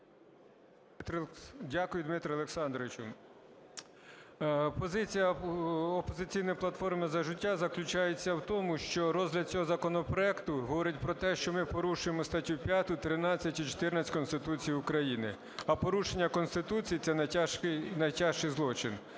Дякую, Дмитре Олександровичу. Позиція "Опозиційної платформи - За життя" заключається в тому, що розгляд цього законопроекту говорить про те, що ми порушуємо статті 5, 13 і 14 Конституції України. А порушення Конституції – це найтяжчий злочин.